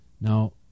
Now